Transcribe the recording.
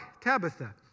Tabitha